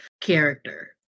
character